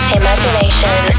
imagination